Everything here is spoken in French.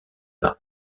par